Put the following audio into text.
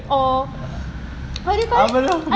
or what do you call it err